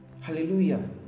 hallelujah